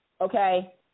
okay